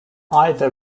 either